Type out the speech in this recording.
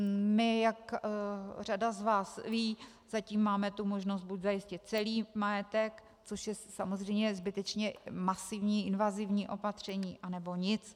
My, jak řada z vás ví, zatím máme tu možnost buď zajistit celý majetek, což je samozřejmě zbytečně masivní invazivní opatření, anebo nic.